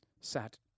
sat